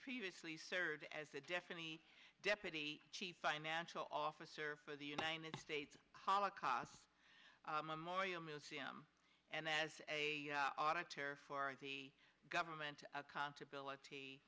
previously served as a definitely deputy chief financial officer for the united states holocaust memorial museum and as a auditor for the government accountability